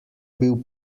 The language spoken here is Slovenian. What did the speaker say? bil